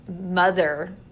mother